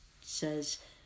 says